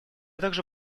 также